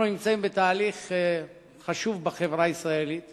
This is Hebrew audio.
אנחנו נמצאים בתהליך חשוב בחברה הישראלית